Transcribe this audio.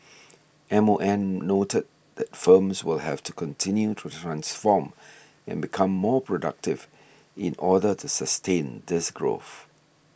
M O M noted that firms will have to continue to transform and become more productive in order to sustain this growth